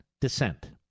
descent